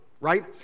right